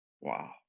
Wow